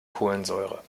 kohlensäure